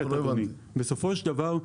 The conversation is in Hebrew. בסופו של דבר,